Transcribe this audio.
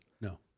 No